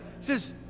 says